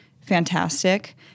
fantastic